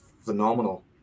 phenomenal